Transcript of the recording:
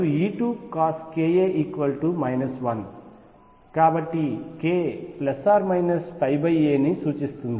కాబట్టి ఇది k a ని సూచిస్తుంది